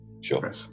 Sure